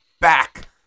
back